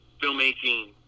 filmmaking